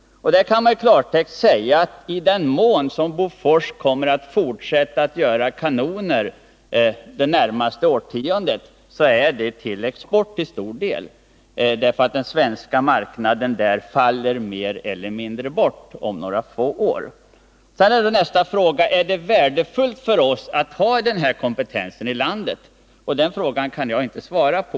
I klartext betyder det att i den mån Bofors skall fortsätta att tillverka kanoner under det närmaste årtiondet så måste det till stor del röra sig om tillverkning för export, eftersom den svenska marknaden mer eller mindre faller bort om några få år. Frågan är då: Är det värdefullt för oss att ha den här kompetensen inom landet? Den frågan kan jag inte svara på.